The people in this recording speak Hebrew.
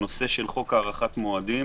הנושא של חוק הארכת מועדים,